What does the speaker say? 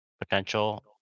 potential